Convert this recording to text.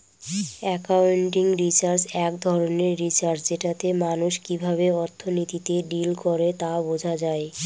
accounting research এক ধরনের research যেটাতে মানুষ কিভাবে অর্থনীতিতে ডিল করে তা বোঝা যায়